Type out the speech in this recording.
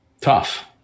Tough